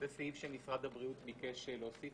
זה סעיף שמשרד הבריאות ביקש להוסיף